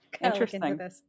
interesting